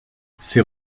ces